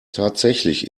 tatsächlich